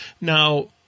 Now